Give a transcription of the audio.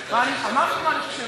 אני אמרתי מה אני חושב עליו.